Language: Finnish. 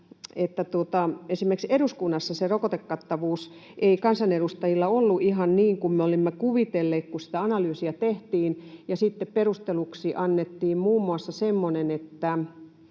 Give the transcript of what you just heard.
että esimerkiksi eduskunnassa se rokotekattavuus ei kansanedustajilla ollut ihan niin kuin me olimme kuvitelleet, kun sitä analyysia tehtiin, ja sitten perusteluksi annettiin muun muassa semmoinen,